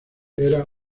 era